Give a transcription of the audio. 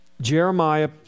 Jeremiah